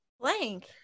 Blank